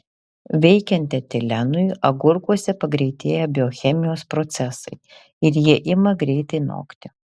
veikiant etilenui agurkuose pagreitėja biochemijos procesai ir jie ima greitai nokti